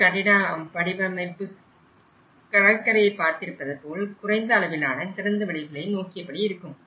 மொத்த கட்டிட வடிவமைப்பு கடற்கரையை பார்த்திருப்பதைப்போல் குறைந்த அளவிலான திறந்தவெளிகளை நோக்கியபடி இருக்கும்